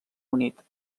unit